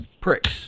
pricks